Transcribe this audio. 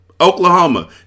Oklahoma